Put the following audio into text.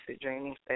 dreaming